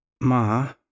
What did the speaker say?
Ma